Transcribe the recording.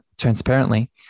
transparently